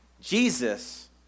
Jesus